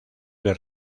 del